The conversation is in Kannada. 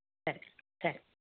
ಸರಿ ಸರಿ